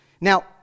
Now